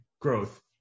growth